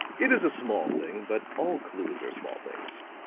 it is a small thing, but all clews are small things.